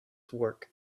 work